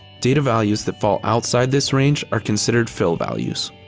data values that fall outside this range are considered fill values.